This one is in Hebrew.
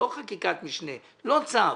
לא חקיקת משנה, לא צו,